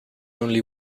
only